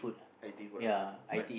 I_T_E food ah but